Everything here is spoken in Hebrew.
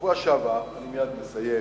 אני מייד מסיים.